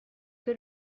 que